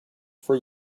for